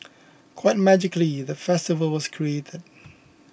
quite magically the festival was created